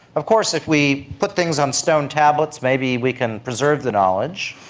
of course if we put things on stone tablets, maybe we can preserve the knowledge.